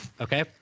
Okay